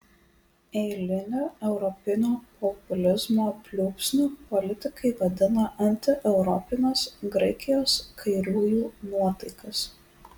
eiliniu europinio populizmo pliūpsniu politikai vadina antieuropines graikijos kairiųjų nuotaikas